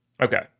Okay